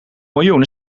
miljoen